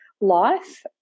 life